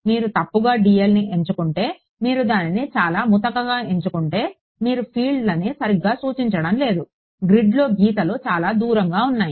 మీరు తప్పుగా dlని ఎంచుకుంటే మీరు దానిని చాలా ముతకగా ఎంచుకుంటే మీరు ఫీల్డ్లను సరిగ్గా సూచించడం లేదు గ్రిడ్లో గీతాలు చాలా దూరంగా ఉన్నాయి